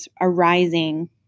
arising